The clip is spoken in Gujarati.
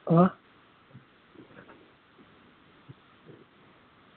હ